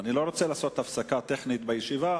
אני לא רוצה לעשות הפסקה טכנית בישיבה,